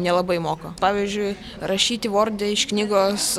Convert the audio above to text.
nelabai moka pavyzdžiui rašyti vorde iš knygos